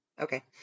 okay